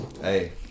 Hey